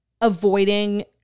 avoiding